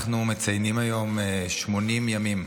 אנחנו מציינים היום 80 ימים,